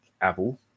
Apple